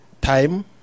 time